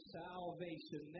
salvation